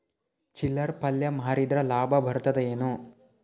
ಚಿಲ್ಲರ್ ಪಲ್ಯ ಮಾರಿದ್ರ ಲಾಭ ಬರತದ ಏನು?